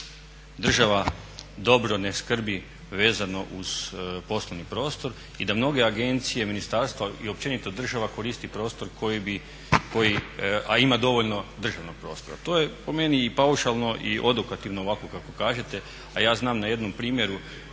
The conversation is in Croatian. da država dobro ne skrbi vezano uz poslovni prostor i da mnoge agencije, ministarstva i općenito država koristi prostor koji, a ima dovoljno državnog prostora. To je po meni i paušalno i odokativno ovako kako kažete, a ja znam na jednom primjeru